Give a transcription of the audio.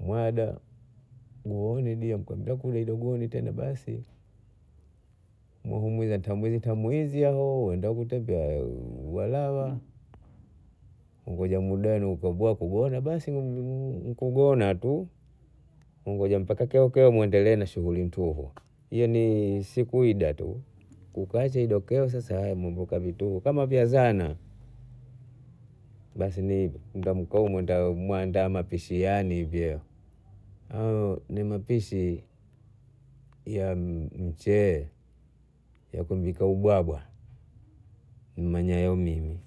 mwada guoni dia mkambia mdomoni tena basi mwombia tamhezi tamhezi hao Mwenda kutembea wala walawa ngoja muda mwenu kugoa kugona basi nikugona tu ngoja mpaka keo keo mwendelee na shughuli ntuhu, yani sikuida tu kukiacha kudokea sasa vituhu kama vya zana basi ndo kwau na mwana mapishi yani vyeo ni mapishi yam- yamchee ya kupika ubwabwa mmanyao mimi